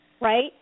right